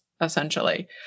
essentially